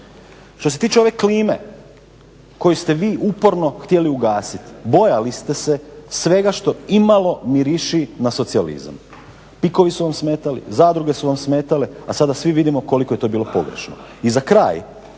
Što se tiče ove klime koju ste vi uporno htjeli ugasiti, bojali ste se svega što imalo miriši na socijalizam. PIK-ovi su vam smetali, zadruge su vam smetale, a sada svi vidimo koliko je to bilo pogrešno. I za kraj,